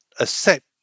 accept